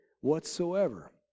whatsoever